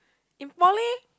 in poly